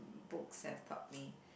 books have taught me